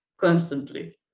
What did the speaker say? Constantly